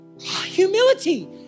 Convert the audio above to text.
humility